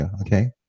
Okay